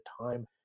time